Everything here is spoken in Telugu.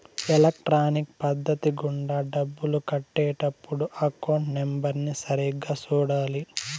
ఎలక్ట్రానిక్ పద్ధతి గుండా డబ్బులు కట్టే టప్పుడు అకౌంట్ నెంబర్ని సరిగ్గా సూడాలి